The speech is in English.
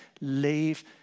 leave